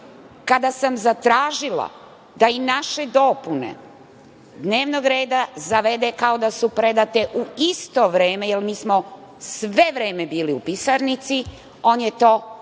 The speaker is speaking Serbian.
kada sam zatražila da i naše dopune dnevnog reda zavede kao da su predate u isto vreme, jer mi smo sve vreme bili u pisarnici, on je to odbio